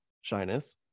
shyness